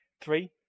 Three